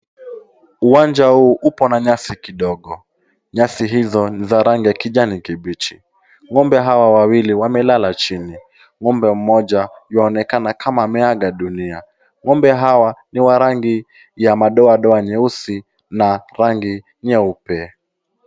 Uwanja huu upo na nyasi kidogo. Nyasi hizo ni za rangi ya kijani kibichi. Ng'ombe hawa wawili wamelala chini. Ng'ombe mmoja yuaonekana kama ameaga dunia. Ng'ombe hawa ni wa rangi ya madoadoa nyeusi na rangi nyeupe.